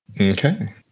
Okay